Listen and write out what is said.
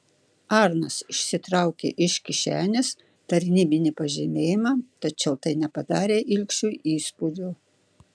arnas išsitraukė iš kišenės tarnybinį pažymėjimą tačiau tai nepadarė ilgšiui įspūdžio